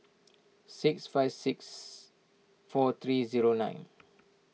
six five six four three zero nine